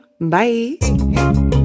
Bye